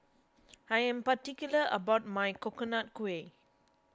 I am particular about my Coconut Kuih